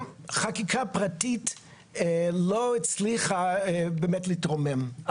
חקיקה פרטית לא הצליחה באמת להתרומם.